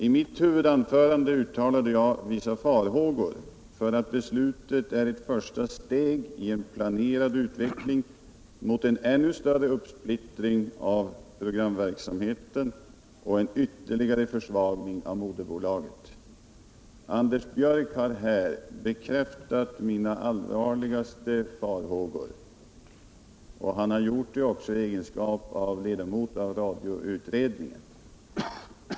I mitt huvudanförande uttalade jag vissa farhågor för att beslutet är eu första steg i en planerad utveckling moten ännu större uppsplittring av programverksamheten och en ytterligare försvagning av moderbolaget. Anders Björck har här bekräftat mina allvarligaste farhågor, och han har gjort det också i egenskap av ledamot av radioutredningen.